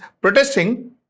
protesting